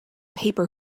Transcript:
paper